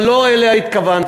אבל לא אליה התכוונתי,